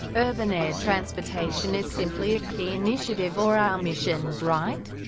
urban air transportation is simply a key initiative or our mission, right?